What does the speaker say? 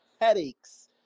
headaches